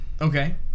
Okay